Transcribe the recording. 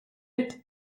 vite